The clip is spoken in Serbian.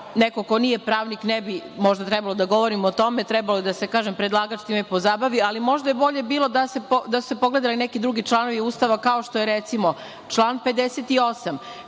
neko ko nije pravnik možda ne bi trebala da govorim o tome, trebalo je da kažem da se predlagač time pozabavi, ali možda je bolje bilo da su se pogledali neki drugi članovi Ustava, kao što je, recimo, član 58,